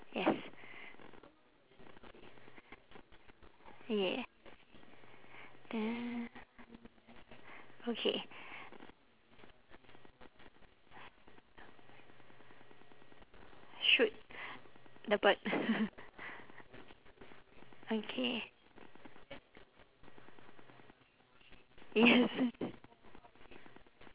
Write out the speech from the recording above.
yes ya then okay shoot the bird okay yes